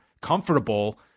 comfortable